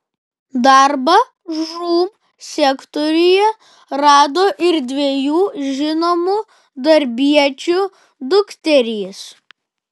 darbą žūm sektoriuje rado ir dviejų žinomų darbiečių dukterys